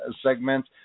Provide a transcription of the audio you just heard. segment